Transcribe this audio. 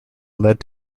led